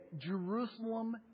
Jerusalem